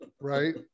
right